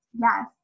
Yes